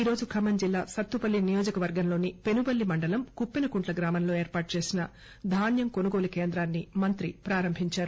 ఈరోజు ఖమ్మం జిల్లా సత్తుపల్లి నియోజక వర్గంలోని పెనుబల్లి మండలం కుప్పినకుంట్ల గ్రామంలో ఏర్పాటు చేసిన ధాన్యం కొనుగోలు కేంద్రాన్ని మంత్రి ప్రారంభించారు